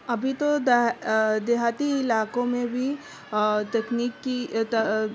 ابھی تو دیہاتی علاقوں میں بھی تکنیک کی